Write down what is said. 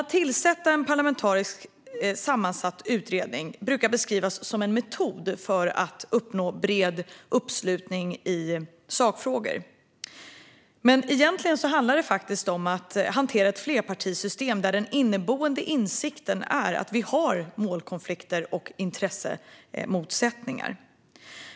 Att tillsätta en parlamentariskt sammansatt utredning brukar beskrivas som en metod för att nå bred uppslutning i sakfrågor. Egentligen handlar det dock om att hantera ett flerpartisystem, där den inneboende insikten är att vi har målkonflikter och intressemotsättningar.